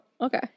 okay